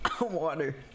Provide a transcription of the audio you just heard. Water